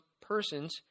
persons